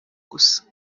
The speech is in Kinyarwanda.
gusa